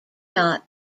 not